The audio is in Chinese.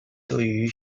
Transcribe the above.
对于